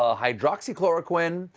ah hydroxychloroquine,